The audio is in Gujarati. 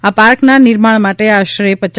આ પાર્કના નિર્માણ માટે આશરે રૂ